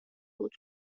بود